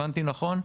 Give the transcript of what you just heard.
הבנתי נכון?